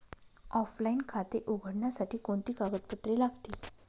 Offline खाते उघडण्यासाठी कोणती कागदपत्रे लागतील?